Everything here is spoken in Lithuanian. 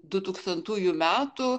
dutūkstantųjų metų